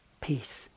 peace